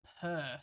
Perth